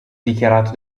dichiarato